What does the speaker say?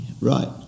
Right